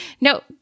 no